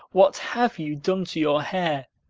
what have you done to your hair?